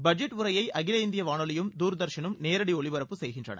budget உரையை அகில இந்திய வானொலியும் தூர்தர்ஷனும் நேரடி ஒளிபரப்பு செய்கின்றன